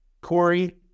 Corey